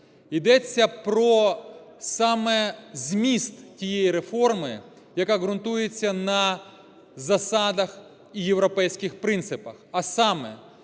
Йдеться про саме зміст тієї реформи, яка ґрунтується на засадах європейських принципах,